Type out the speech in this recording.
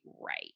right